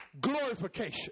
glorification